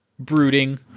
brooding